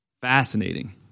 fascinating